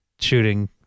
shooting